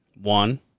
one